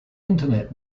internet